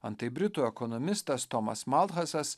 antai britų ekonomistas tomas malhasas